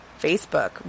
Facebook